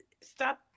stop